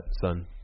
son